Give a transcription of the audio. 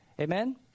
Amen